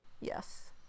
yes